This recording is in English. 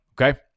okay